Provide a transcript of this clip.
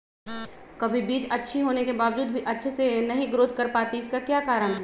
कभी बीज अच्छी होने के बावजूद भी अच्छे से नहीं ग्रोथ कर पाती इसका क्या कारण है?